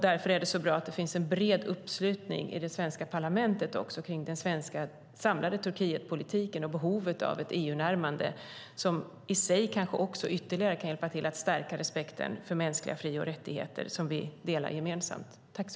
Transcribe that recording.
Därför är det bra att det finns en bred uppslutning i det svenska parlamentet kring den svenska samlade Turkietpolitiken och behovet av ett EU-närmande som i sig kanske ytterligare kan hjälpa till att stärka respekten för mänskliga fri och rättigheter, som vi gemensamt delar.